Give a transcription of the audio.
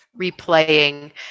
replaying